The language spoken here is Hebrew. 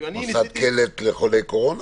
מוסד קלט לחולי קורונה?